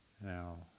Now